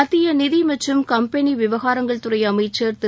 மத்திய நிதி மற்றும் கம்பெளி விவகாரங்கள் துறை அமைச்சர் திரு